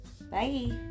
Bye